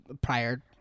Prior